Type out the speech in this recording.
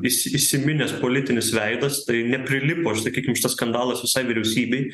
įs įsiminęs politinis veidas tai neprilipo sakykim šitas skandalas visai vyriausybei